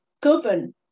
govern